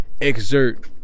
Exert